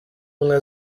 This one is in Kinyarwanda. ubumwe